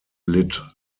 litt